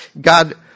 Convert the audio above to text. God